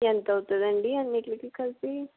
ఎంత అవుతుంది అండి అనింటికి కలిపి